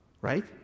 Right